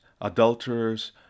adulterers